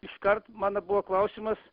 iškart mano buvo klausimas